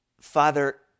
Father